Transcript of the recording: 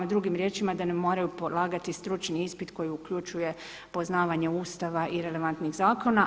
Drugim riječima da ne moraju polagati stručni ispit koji uključuje poznavanje Ustava i relevantnih zakona.